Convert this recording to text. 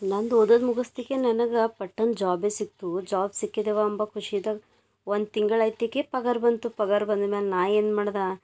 ನಂದು ಓದೋದು ಮುಗಿಸ್ಲಿಕ್ಕೆ ನನಗೆ ಪಟ್ಟಂತ ಜ್ವಾಬೇ ಸಿಗ್ತು ಜ್ವಾಬ್ ಸಿಕ್ಕಿದವಂಬ ಖುಷಿದಾಗ ಒಂದು ತಿಂಗಳು ಐತಿಕೆ ಪಗಾರ ಬಂತು ಪಗಾರ ಬಂದಿದ್ಮ್ಯಾಲ ನಾ ಏನು ಮಾಡ್ದೆ